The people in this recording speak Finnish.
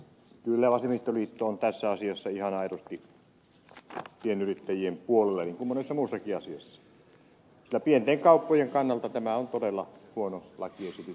kyllä vasemmistoliitto on tässä asiassa ihan aidosti pienyrittäjien puolella niin kuin monessa muussakin asiassa ja pienten kauppojen kannalta tämä on todella huono lakiesitys